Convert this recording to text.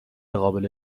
قابل